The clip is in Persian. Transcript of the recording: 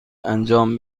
انجام